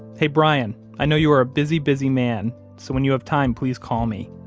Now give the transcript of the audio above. hey, brian, i know you are a busy, busy man, so when you have time, please call me.